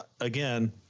again –